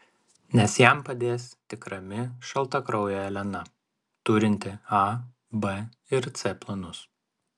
nes jam padės tik rami šaltakraujė elena turinti a b ir c planus